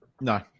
no